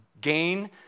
gain